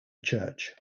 church